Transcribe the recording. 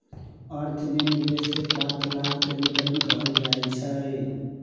अर्थ में निवेश से प्राप्त लाभ के रिटर्न कहल जाइ छइ